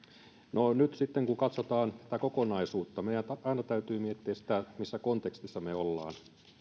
no nyt sitten kun katsotaan tätä kokonaisuutta meidän aina täytyy miettiä sitä missä kontekstissa me olemme